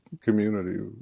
community